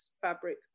fabric